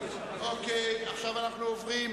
עכשיו אנחנו עוברים